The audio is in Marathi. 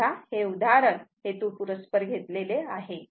तेव्हा हे उदाहरण हेतूपुरस्पर घेतलेले आहे